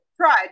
tried